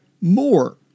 more